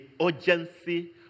urgency